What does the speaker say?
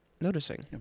noticing